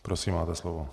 Prosím, máte slovo.